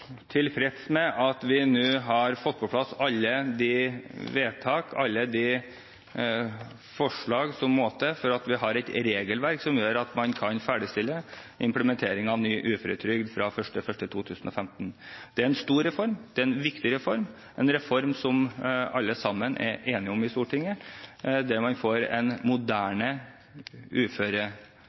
tilfreds med at vi nå har fått på plass alle de vedtak og forslag som må til for å få et regelverk som gjør at man kan ferdigstille implementeringen av ny uføretrygd fra 1. januar 2015. Det er en stor reform, det er en viktig reform – en reform som alle sammen er enige om i Stortinget – der man får en moderne